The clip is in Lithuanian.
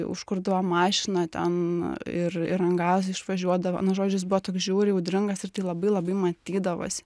užkurdavo mašiną ten ir ir ant gazo išvažiuodavo nu žodžiu jis buvo toks žiauriai audringas ir tai labai labai matydavosi